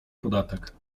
podatek